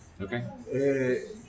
Okay